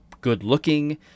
good-looking